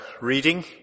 reading